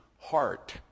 heart